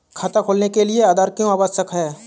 खाता खोलने के लिए आधार क्यो आवश्यक है?